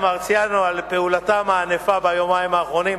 מרסיאנו על פעילותם הענפה ביומיים האחרונים.